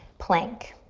plank.